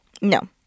No